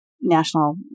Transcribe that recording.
national